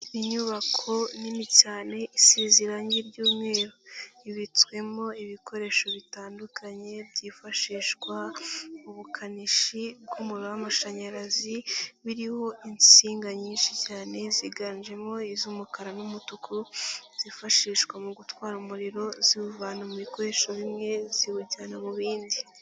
Inyubako nini cyane isize irangi ry'umweru ibitswemo ibikoresho bitandukanye byifashishwa mu bukanishi bw'umuriro w'amashanyarazi biriho insinga nyinshi cyane ziganjemo iz'umukara n'umutuku zifashishwa mu gutwara umuriro ziwuvana mu bikoresho bimwe ziwujyana mu bindi.